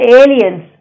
aliens